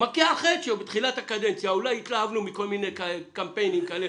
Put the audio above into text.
מכה על חטא שבתחילת הקדנציה אולי התלהבנו מכל מיני קמפיינים כאלה